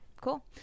cool